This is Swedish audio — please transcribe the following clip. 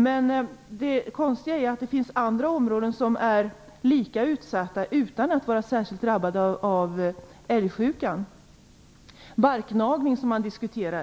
Men det konstiga är att det finns andra områden som är lika utsatta utan att vara särskilt drabbade av älgsjukan. Man har diskuterat barkgnagning. Den